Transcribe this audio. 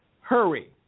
Hurry